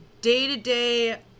day-to-day